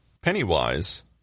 Pennywise